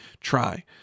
try